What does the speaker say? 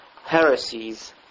heresies